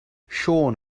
siôn